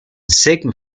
sigma